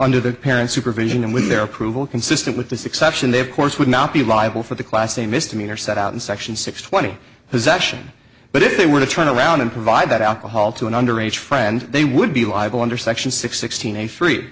under the parent supervision and with their approval consistent with this exception they of course would not be liable for the class a misdemeanor set out in section six twenty possession but if they were to turn around and provide that alcohol to an under age friend they would be liable under section six sixteen a free